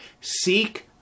Seek